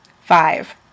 Five